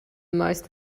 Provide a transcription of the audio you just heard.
most